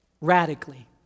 radically